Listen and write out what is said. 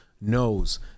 knows